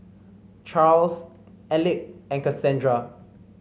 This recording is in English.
Charls Elick and Cassandra